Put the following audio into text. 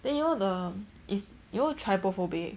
then you know the is you know trypophobic